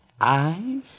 Eyes